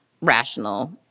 rational